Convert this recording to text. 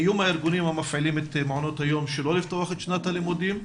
איום הארגונים המפעילים את מעונות היום שלא לפתוח את שנת הלימודים,